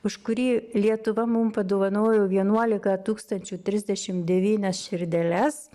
už kurį lietuva mum padovanojo vienuolika tūkstančių trisdešim devynias širdeles